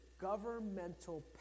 governmental